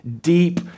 deep